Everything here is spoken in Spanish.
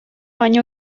año